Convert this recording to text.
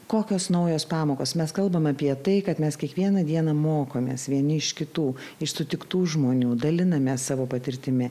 kokios naujos pamokos mes kalbam apie tai kad mes kiekvieną dieną mokomės vieni iš kitų iš sutiktų žmonių dalinamės savo patirtimi